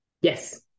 Yes